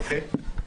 אוקיי.